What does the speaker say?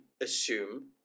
assume